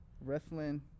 Wrestling